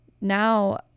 now